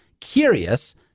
CURIOUS